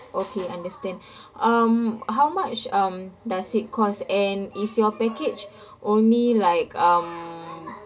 okay understand um how much um does it cost and is your package only like um